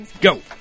Go